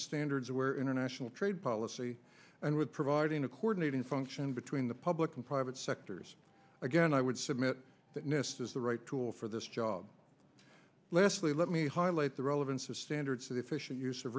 standards where international trade policy and with providing a coordinating function between the public and private sectors again i would submit that nist has the right tool for this job lesley let me highlight the relevance of standards to the efficient use of